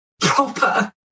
Proper